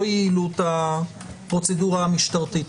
לא יעילות הפרוצדורה המשטרתית.